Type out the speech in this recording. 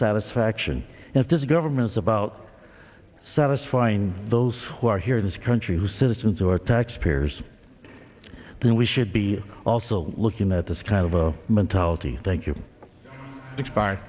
satisfaction and if this government is about satisfying those who are here in this country whose citizens who are taxpayers then we should be also looking at this kind of a mentality thank you